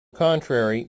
contrary